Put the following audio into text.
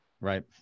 Right